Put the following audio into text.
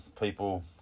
people